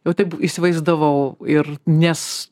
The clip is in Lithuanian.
jau taip įsivaizdavau ir nes